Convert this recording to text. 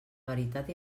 veritat